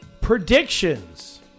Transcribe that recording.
predictions